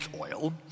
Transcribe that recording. oil